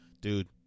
Dude